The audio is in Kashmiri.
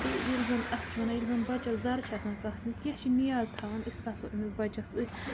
تہٕ ییٚلہِ زَن اَتھ چھِ وَنان ییٚلہِ زَن بَچَس زَرٕ چھِ آسان کاسنہِ کیٚنٛہہ چھِ نیاز تھاوان أسۍ کاسو أمِس بَچَس أتھۍ